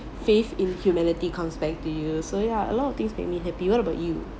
faith in humanity comes back to you so ya a lot of things make me happy what about you